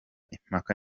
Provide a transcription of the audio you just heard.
impaka